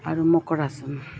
আৰু মকৰাসন